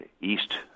east